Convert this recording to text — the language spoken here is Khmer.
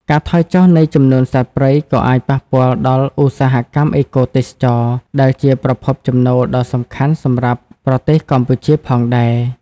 ការថយចុះនៃចំនួនសត្វព្រៃក៏អាចប៉ះពាល់ដល់ ឧស្សាហកម្មអេកូទេសចរណ៍ ដែលជាប្រភពចំណូលដ៏សំខាន់សម្រាប់ប្រទេសកម្ពុជាផងដែរ។